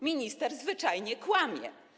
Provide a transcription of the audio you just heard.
Minister zwyczajnie kłamie.